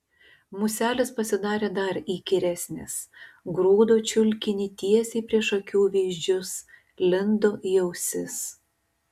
muselės pasidarė dar įkyresnės grūdo čiulkinį tiesiai prieš akių vyzdžius lindo į ausis